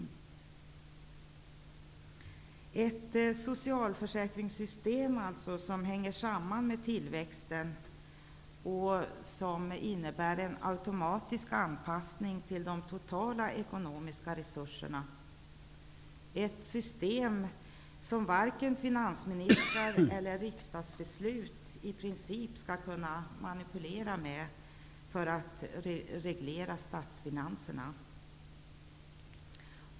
Vi skulle vilja se ett socialförsäkringssystem som hänger samman med tillväxten och som innebär en automatisk anpassning till de totala ekonomiska resurserna. Det skulle vara ett system som varken finansministrar eller riksdagsbeslut i princip skall kunna manipulera med för att reglera statsfinanserna.